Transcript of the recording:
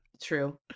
True